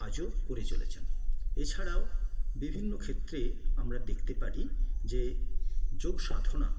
আজও করে চলেছেন এছাড়াও বিভিন্ন ক্ষেত্রে আমরা দেখতে পারি যে যোগসাধনা